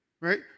Right